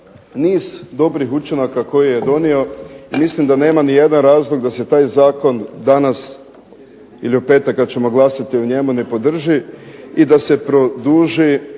niz dobrih učinaka koje je donio, i mislim da nema ni jedan razlog da se taj zakon danas ili u petak kad ćemo glasati o njemu ne podrži, i da se produži